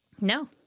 No